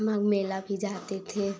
माघ मेला भी जाते थे